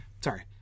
sorry